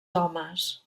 homes